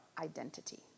identity